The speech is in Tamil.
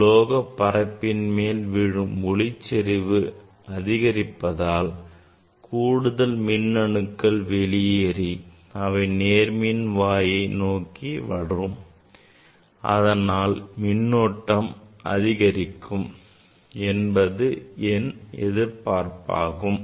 உலோகப் பரப்பின் மேல் விழும் ஒளியின் செறிவு அதிகரித்திருப்பதால் கூடுதல் மின் அணுக்கள் வெளியேறி அவை நேர்மின் வாயை நோக்கி வரும் அதனால் மின்னோட்டம் அதிகரிக்கும் என்பது நம் எதிர்பார்ப்பாகும்